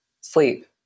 sleep